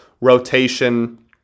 rotation